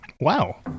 Wow